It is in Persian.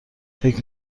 فکر